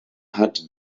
hat